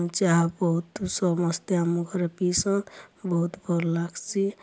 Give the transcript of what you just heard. ଚାହା ବହୁତ୍ ସମସ୍ତେ ଆମ ଘରେ ପିଇସୁଁ ବହୁତ୍ ଭଲ୍ ଲାଗ୍ସି